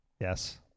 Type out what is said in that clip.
Yes